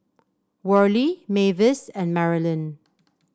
Worley Mavis and Marolyn